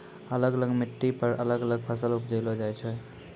अलग अलग मिट्टी पर अलग अलग फसल उपजैलो जाय छै